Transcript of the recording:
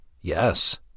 Yes